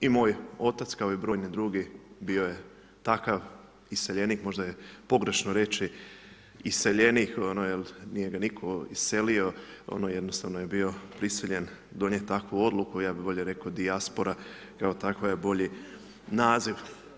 I moj otac, kao i brojni drugi, bio je takav iseljenik, možda je pogrešno reći iseljenik ono jer nije ga nitko iselio, jednostavno je bio prisiljen donijeti takvu odluku, ja bi bolje rekao dijaspora kao takva je bolji naziv.